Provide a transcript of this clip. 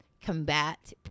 combat